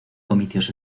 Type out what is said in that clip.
comicios